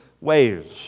ways